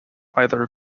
either